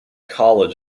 college